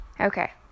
Okay